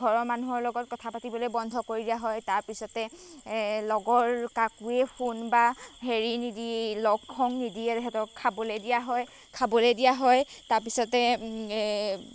ঘৰৰ মানুহৰ লগত কথা পাতিবলৈ বন্ধ কৰি দিয়া হয় তাৰপিছতে লগৰ কাকোৱে ফোন বা হেৰি নিদিয়ে লগ সং নিদিয়ে তেহেঁতক খাবলৈ দিয়া হয় খাবলৈ দিয়া হয় তাৰপিছতে